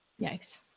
Yikes